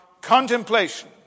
contemplation